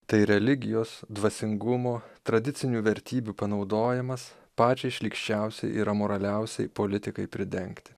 tai religijos dvasingumo tradicinių vertybių panaudojimas pačiai šlykščiausiai ir amoraliausiai politikai pridengti